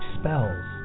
spells